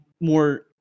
more